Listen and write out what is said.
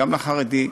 גם לחרדי,